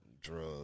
drugs